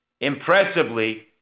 Impressively